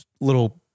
little